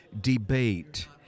debate